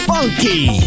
Funky